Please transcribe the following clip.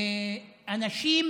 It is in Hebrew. אנשים